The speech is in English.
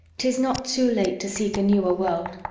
tis not too late to seek a newer world.